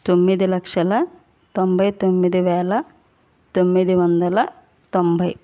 తొమ్మిది లక్షల తొంభై తొమ్మిది వేల తొమ్మిది వందల తొంభై